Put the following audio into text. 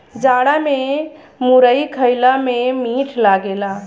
जाड़ा में मुरई खईला में मीठ लागेला